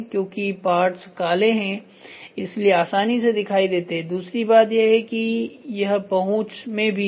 क्योंकि पार्ट्स काले हैं इसलिए आसानी से दिखाई देते हैं दूसरी बात यह कि यह पहुंच में भी है